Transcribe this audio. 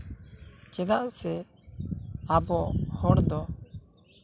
ᱪᱮᱫᱟᱜ ᱥᱮ ᱟᱵᱚ ᱦᱚᱲ ᱫᱚ